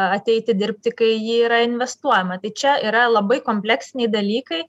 ateiti dirbti kai į jį yra investuojama tai čia yra labai kompleksiniai dalykai